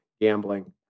gambling